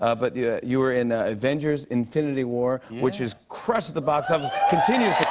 ah but yeah you were in avengers infinity war. which has crushed at the box office. continues